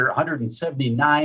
179